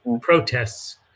protests